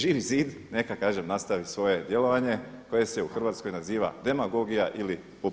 Živi zid neka kažem nastavi svoje djelovanje koje se u Hrvatskoj naziva demagogija ili populizam.